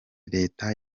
reta